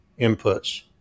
inputs